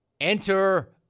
Enter